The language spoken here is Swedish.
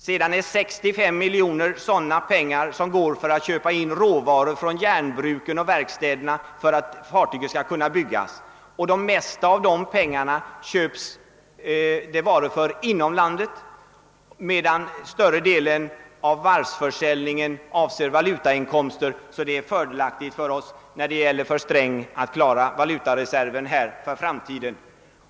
Sedan är 65 miljoner pengar som åtgår för att köpa in råvaror från järnbruken och material från verkstäderna. För det mesta av dessa pengar köps det varor inom landet, medan större delen av varvsförsäljningen avser valutainkomster som det är fördelaktigt att ha när det gäller för herr Sträng att klara valutareserven för framtiden.